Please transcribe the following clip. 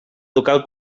local